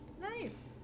Nice